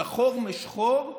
שחור משחור,